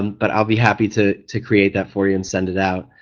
um but i'll be happy to to create that for you and send it out.